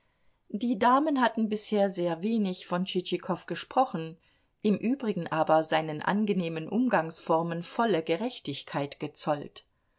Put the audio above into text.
die damen hatten bisher sehr wenig von tschitschikow gesprochen im übrigen aber seinen angenehmen umgangsformen volle gerechtigkeit gezollt